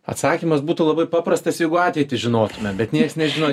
atsakymas būtų labai paprastas jeigu ateitį žinotume bet niekas nežino